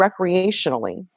recreationally